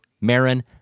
Marin